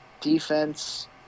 defense